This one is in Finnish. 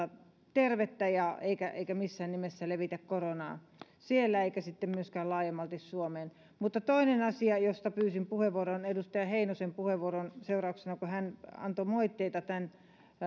tervettä eikä missään nimessä levitä koronaa siellä eikä sitten myöskään laajemmalti suomeen toinen asia josta pyysin puheenvuoron edustaja heinosen puheenvuoron seurauksena kun hän antoi moitteita tämän